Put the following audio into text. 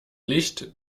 licht